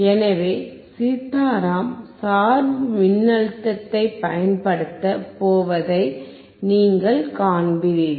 எனவே சீதாராம் சார்பு மின்னழுத்தத்தைப் பயன்படுத்தப் போவதை நீங்கள் காண்பீர்கள்